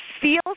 feels